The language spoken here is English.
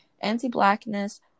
anti-blackness